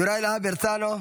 יוראי להב הרצנו,